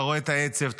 אתה רואה את העצב,